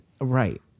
Right